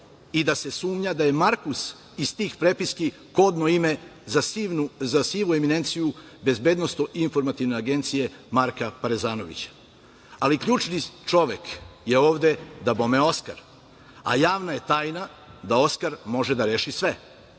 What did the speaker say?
i da se sumnja da je Markus iz tih prepiski kod mu ime za sivu eminenciju BIA Marka Perezanovića. Ali ključni čovek je ovde dabome Oskar, a javna je tajna da Oskar može da reši sve.